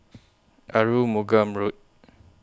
Arumugam Road